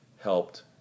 helped